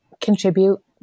contribute